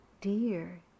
dear